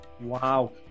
Wow